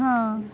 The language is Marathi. हां